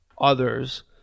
others